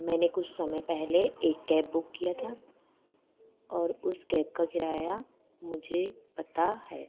मैंने कुछ समय पहले एक कैब बुक किया था और उस कैब का किराया मुझे पता है